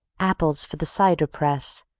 apples for the cider-press,